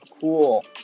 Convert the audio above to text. cool